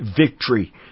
victory